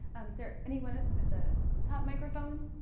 um is there anyone up at the top microphone?